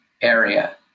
area